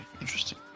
Interesting